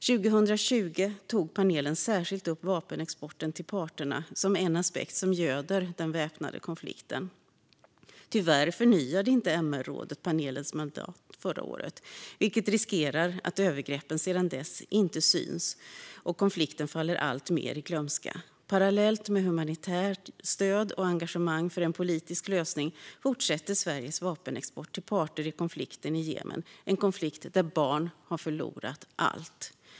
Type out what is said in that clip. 2020 tog panelen särskilt upp vapenexporten till parterna som en aspekt som göder den väpnade konflikten. Tyvärr förnyade inte MR-rådet panelens mandat förra året vilket riskerar att övergreppen sedan dess inte syns och konflikten faller allt mer i glömska. Parallellt med humanitärt stöd och engagemang för en politisk lösning fortsätter Sveriges vapenexport till parter i konflikten i Jemen, en konflikt där barn har förlorat allt.